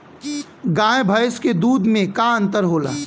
गाय भैंस के दूध में का अन्तर होला?